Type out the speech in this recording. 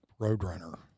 Roadrunner